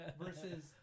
versus